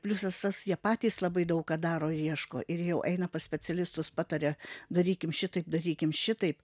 pliusas tas jie patys labai daug ką daro ir ieško ir jau eina pas specialistus pataria darykim šitaip darykim šitaip